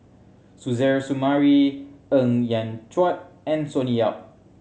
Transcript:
Suzairhe Sumari Ng Yat Chuan and Sonny Yap